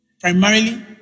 Primarily